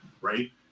right